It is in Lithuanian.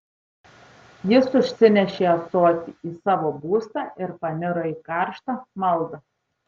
jis užsinešė ąsotį į savo būstą ir paniro į karštą maldą